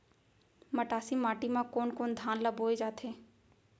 मटासी माटी मा कोन कोन धान ला बोये जाथे?